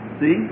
See